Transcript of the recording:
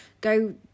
go